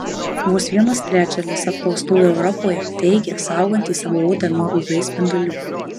vos vienas trečdalis apklaustųjų europoje teigia saugantys savo odą nuo uv spindulių